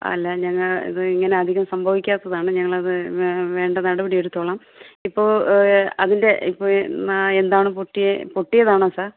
അല്ല ഞങ്ങൾ ഇത് ഇങ്ങനെ അധികം സംഭവിക്കാത്തതാണ് ഞങ്ങളത് വേണ്ട നടപടിയെടുത്തോളാം ഇപ്പോൾ അതിൻ്റെ ഇപ്പോൾ ഈ എന്താണ് പൊട്ടിയത് പൊട്ടിയതാണോ സാർ